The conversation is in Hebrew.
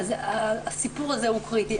הסיפור הזה הוא קריטי.